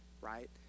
Right